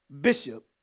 bishop